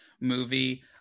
movie